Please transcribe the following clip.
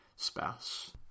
spouse